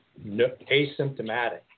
asymptomatic